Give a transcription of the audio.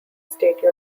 state